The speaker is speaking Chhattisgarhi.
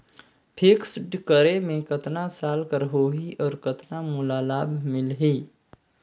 फिक्स्ड करे मे कतना साल कर हो ही और कतना मोला लाभ मिल ही?